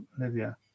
Olivia